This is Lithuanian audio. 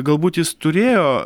galbūt jis turėjo